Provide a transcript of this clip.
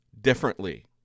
differently